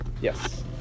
Yes